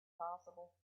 possible